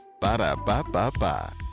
Ba-da-ba-ba-ba